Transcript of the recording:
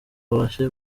bafashe